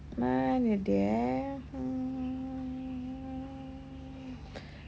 mana dia eh mm